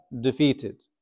defeated